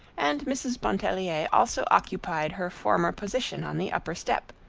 and mrs. pontellier also occupied her former position on the upper step,